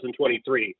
2023